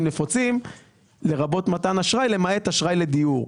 נפוצים לרבות מתן אשראי למעט אשראי לדיור.